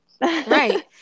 Right